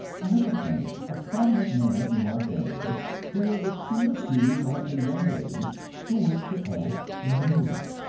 i have a friend, a prominent man in los angeles, who was appealed to by a young lady who wished to act in the movies.